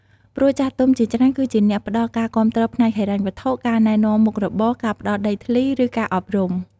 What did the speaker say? ព្រោះចាស់ទុំជាច្រើន គឺជាអ្នកផ្ដល់ការគាំទ្រផ្នែកហិរញ្ញវត្ថុ ការណែនាំមុខរបរ ការផ្ដល់ដីធ្លី ឬការអប់រំ។